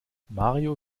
mario